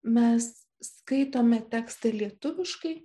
mes skaitome tekstą lietuviškai